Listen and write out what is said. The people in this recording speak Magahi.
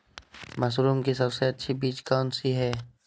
मशरूम की सबसे अच्छी बीज कौन सी है?